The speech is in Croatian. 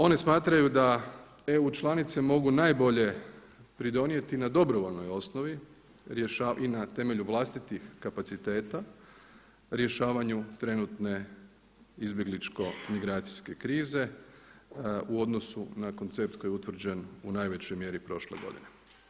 One smatraju da EU članice mogu najbolje pridonijeti na dobrovoljnoj osnovi i na temelju vlastitih kapaciteta rješavanju trenutne izbjegličko migracijske krize u odnosu na koncept koji je utvrđen u najvećoj mjeri prošle godine.